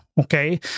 Okay